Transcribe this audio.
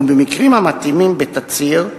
ובמקרים המתאימים בתצהיר,